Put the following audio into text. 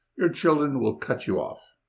your children will cut you off.